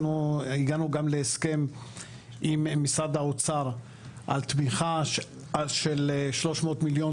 הגענו גם להסכם עם משרד האוצר על תמיכה של 300 מיליון